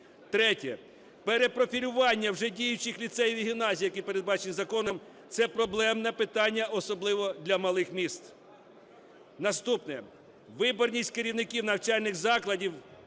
Третє. Перепрофілювання вже діючих ліцеїв і гімназій, які передбачені законом, це проблемне питання, особливо для малих міст. Наступне. Виборність керівників навчальних закладів